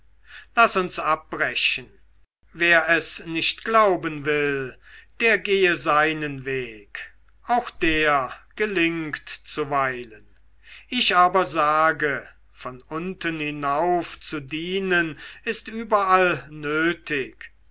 laß uns abbrechen wer es nicht glauben will der gehe seinen weg auch der gelingt zuweilen ich aber sage von unten hinauf zu dienen ist überall nötig